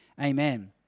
Amen